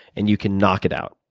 and you can knock it out,